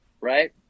right